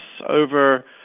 over